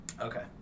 Okay